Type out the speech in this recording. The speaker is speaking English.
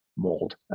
mold